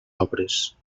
obres